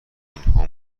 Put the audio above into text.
اینها